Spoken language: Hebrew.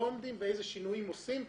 לא עומדים ואילו שינויים עושים.